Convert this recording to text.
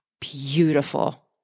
beautiful